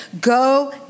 go